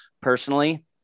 Personally